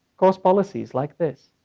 cost policies like this.